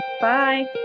Bye